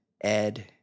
Ed